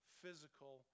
physical